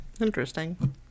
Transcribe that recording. Interesting